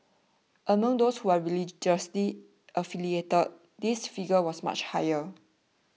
among those who were religiously affiliated this figure was much higher